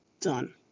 done